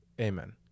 amen